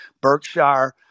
Berkshire